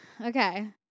Okay